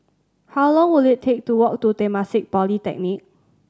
how long will it take to walk to Temasek Polytechnic